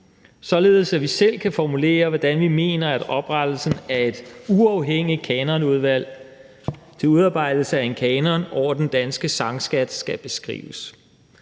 således at vi selv kan formulere, hvordan vi mener at oprettelsen af et uafhængigt kanonudvalg til udarbejdelse af en kanon over den danske sangskat skal beskrives.